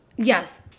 Yes